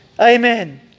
Amen